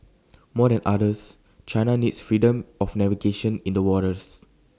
more than others China needs freedom of navigation in the waters